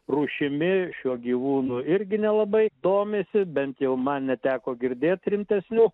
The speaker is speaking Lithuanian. rūšimi šiuo gyvūnu irgi nelabai domisi bent jau man neteko girdėt rimtesnių